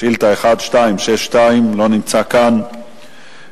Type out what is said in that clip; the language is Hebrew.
לא נמצא כאן,